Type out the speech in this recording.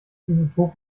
isotop